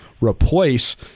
replace